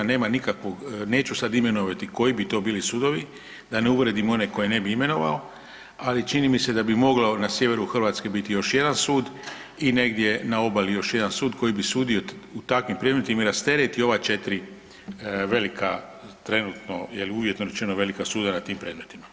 Nema nikakvog, neću sad imenovati koji bi to bili sudovi, da ne uvredim one koje ne bi imenovao, ali čini mi se da bi mogao na sjeveru Hrvatske biti još jedan sud i negdje na obali još jedan sud koji bi sudio u takvim predmetima i rasteretio ova 4 velika trenutno je li uvjetno rečeno velika suda na tim predmetima.